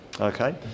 Okay